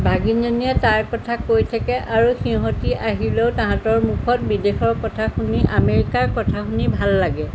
ভাগীনজনীয়ে তাৰ কথা কৈ থাকে আৰু সিহঁত আহিলেও তাহাঁতৰ মুখত বিদেশৰ কথা শুনি আমেৰিকাৰ কথা শুনি ভাল লাগে